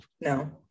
no